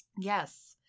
yes